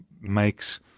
makes